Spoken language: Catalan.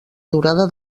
durada